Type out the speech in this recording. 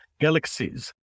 galaxies